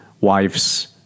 wives